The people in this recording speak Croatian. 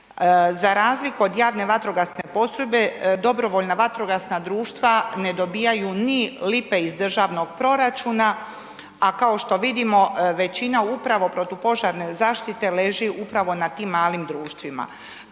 Za razliku od javne vatrogasne postrojbe, dobrovoljna vatrogasna društva ne dobivaju ni lipe iz državnog proračuna, a kao što vidimo većina upravo protupožarne zaštite leži upravo na tim malim društvima.